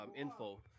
info